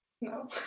No